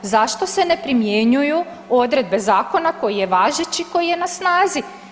Zašto se ne primjenjuju odredbe zakona koji je važeći i koji je na snazi?